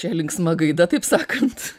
čia linksma gaida taip sakant